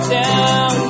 down